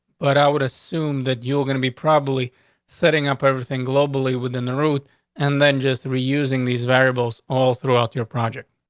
but i would assume that you're gonna be probably setting up everything globally within the root and then just reusing these variables all throughout your project,